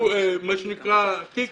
הוא תמיד היה תיק